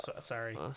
Sorry